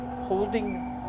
holding